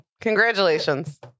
Congratulations